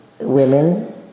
women